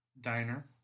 diner